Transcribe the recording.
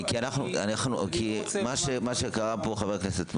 מה שקרה פה, חבר הכנסת מעוז,